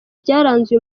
byaranze